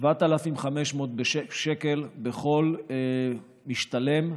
7,500 שקל בכל משתלם,